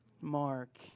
Mark